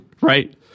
Right